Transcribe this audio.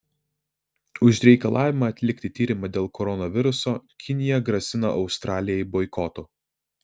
už reikalavimą atlikti tyrimą dėl koronaviruso kinija grasina australijai boikotu